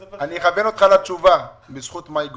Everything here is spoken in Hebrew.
אכוון אותך לתשובה, בזכות מאי גולן.